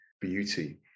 beauty